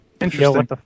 Interesting